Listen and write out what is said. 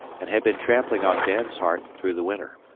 and had been trampling on dan's heart through the winter.